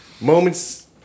moments